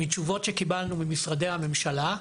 מתשובות שקיבלנו ממשרדי הממשלה,